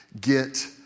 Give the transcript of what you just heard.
Get